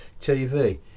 TV